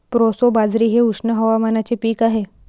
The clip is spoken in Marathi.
प्रोसो बाजरी हे उष्ण हवामानाचे पीक आहे